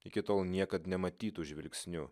iki tol niekad nematytu žvilgsniu